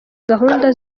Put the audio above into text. gahunda